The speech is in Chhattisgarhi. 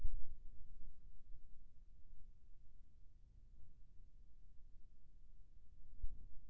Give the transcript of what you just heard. मिर्ची मा फफूंद लग जाथे ता ओकर लक्षण कैसे होथे, कोन के नवीनीकरण फफूंद लगथे?